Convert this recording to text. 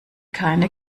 keine